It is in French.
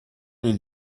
les